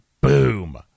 Boom